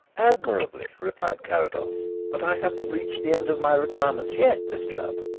admirably, replied carrados. but i haven't reached the end of my requirements yet, miss chubb.